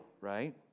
right